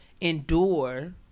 endure